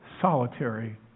solitary